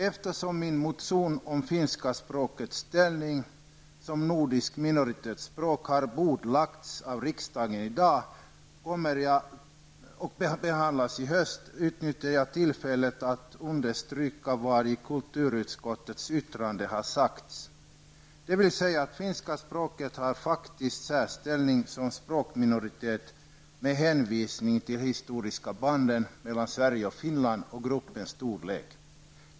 Eftersom min motion om det finska språkets ställning som nordiskt minoritetsspråk har bordlagts av riksdagen i dag och kommer att behandlas i höst vill jag utnyttja detta tillfälle till att understryka vad som sagts i kulturutskottets yttrande. Det finska språket har faktiskt en särställning som språkminoritet med hänvisning till historiska band mellan Sverige och Finland och till gruppens storlek.